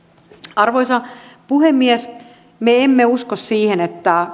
arvoisa puhemies me emme usko siihen että